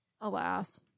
Alas